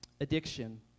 addiction